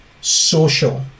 social